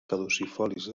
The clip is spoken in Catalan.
caducifolis